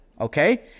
Okay